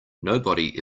nobody